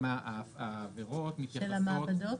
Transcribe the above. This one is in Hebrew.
העברות מתייחסות -- של המעבדות?